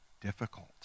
difficult